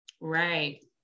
Right